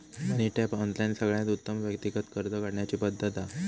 मनी tap, online सगळ्यात उत्तम व्यक्तिगत कर्ज काढण्याची पद्धत हा